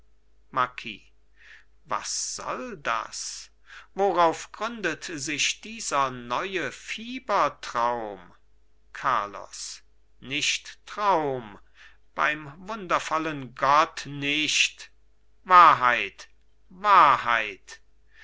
marquis was soll das worauf gründet sich dieser neue fiebertraum carlos nicht traum beim wundervollen gott nicht wahrheit wahrheit